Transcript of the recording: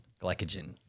glycogen